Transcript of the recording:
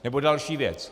Nebo další věc.